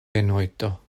benojto